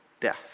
death